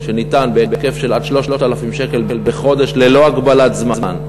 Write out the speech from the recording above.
שניתן בהיקף של עד 3,000 שקלים בחודש ללא הגבלת זמן,